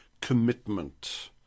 commitment